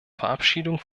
verabschiedung